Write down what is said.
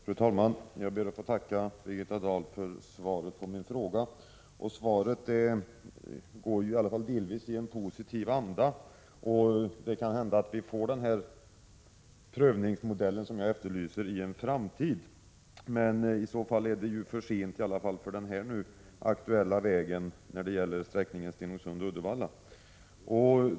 Fru talman! Jag ber att få tacka Birgitta Dahl för svaret på min fråga. Svaret går i alla fall delvis i positiv anda. Det kan hända att vi får den prövningsmodell som jag efterlyser i en framtid. I så fall är det för sent för den aktuella vägsträckan mellan Stenungsund och Uddevalla.